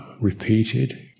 repeated